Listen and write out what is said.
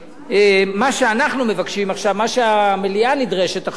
מה שאנחנו מבקשים עכשיו, מה שהמליאה נדרשת עכשיו,